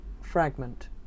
fragment